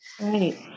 Right